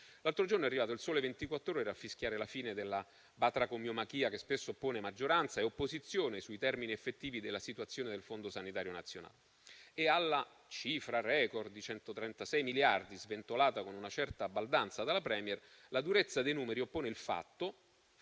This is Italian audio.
L'altro giorno è arrivato «Il Sole 24 ORE» a fischiare la fine della batracomiomachia che spesso oppone maggioranza e opposizione sui termini effettivi della situazione del Fondo sanitario nazionale. Alla cifra *record* di 136 miliardi sventolata con una certa baldanza dalla *Premier*, la durezza dei numeri oppone un fatto